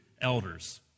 elders